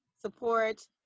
support